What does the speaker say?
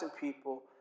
people